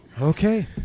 Okay